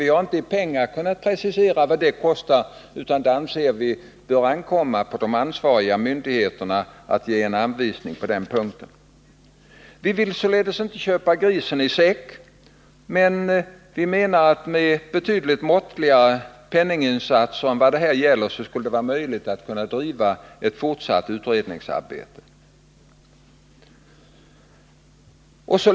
Vi har inte i pengar kunnat precisera vad det får kosta, utan vi anser att det bör ankomma på de ansvariga myndigheterna att ge en anvisning på den punkten. Vi vill således inte köpa grisen i säcken. Men vi menar att det, med betydligt måttligare penninginsatser än det här är fråga om, skulle vara möjligt att driva ett fortsatt utredningsarbete.